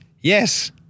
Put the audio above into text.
Yes